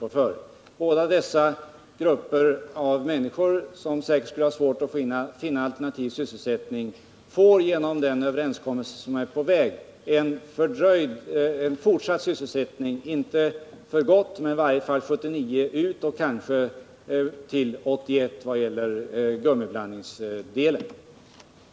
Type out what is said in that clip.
De som arbetar på dessa båda avdelningar har särskilt svårt att finna en alternativ sysselsättning, och de får genom den överenskommelse som är på väg en fortsatt sysselsättning, i varje fall under 1979 och vad gäller gummiblandningsavdelningen fram till 1981.